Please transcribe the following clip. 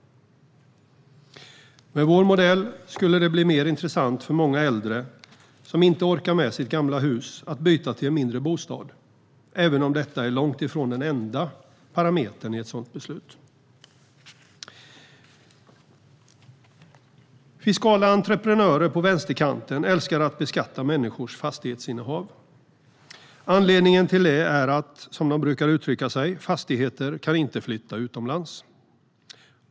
Med vår modell skulle det bli mer intressant för många äldre som inte orkar med sitt gamla hus att byta till en mindre bostad, även om detta är långt ifrån den enda parametern i ett sådant beslut. Fiskala entreprenörer på vänsterkanten älskar att beskatta människors fastighetsinnehav. Anledningen till det brukar de uttrycka så här: Fastigheter kan inte flytta utomlands.